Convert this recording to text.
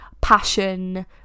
passion